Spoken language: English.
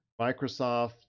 Microsoft